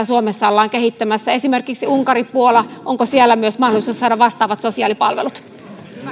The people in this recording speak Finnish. suomessa ollaan kehittämässä esimerkiksi unkari puola onko siellä myös mahdollisuus saada vastaavat sosiaalipalvelut